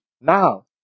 now